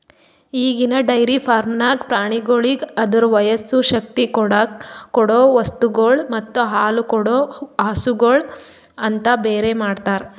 ಈಗಿನ ಡೈರಿ ಫಾರ್ಮ್ದಾಗ್ ಪ್ರಾಣಿಗೋಳಿಗ್ ಅದುರ ವಯಸ್ಸು, ಶಕ್ತಿ ಕೊಡೊ ವಸ್ತುಗೊಳ್ ಮತ್ತ ಹಾಲುಕೊಡೋ ಹಸುಗೂಳ್ ಅಂತ ಬೇರೆ ಮಾಡ್ತಾರ